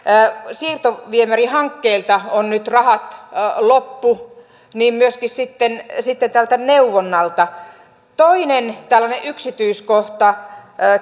siirtoviemärihankkeelta on nyt rahat loppu niin on myöskin tältä neuvonnalta toinen tällainen yksityiskohta